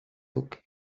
book